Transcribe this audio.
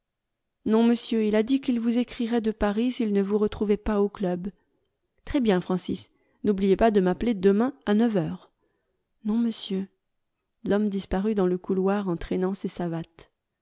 non monsieur il a dit qu'il vous écrirait de paris s'il ne vous retrouvait pas au club très bien francis n'oubliez pas de m'appeler demain à neuf heures non monsieur l'homme disparut dans le couloir en traînant ses savates